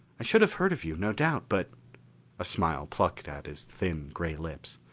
i should have heard of you, no doubt, but a smile plucked at his thin, gray lips.